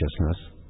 consciousness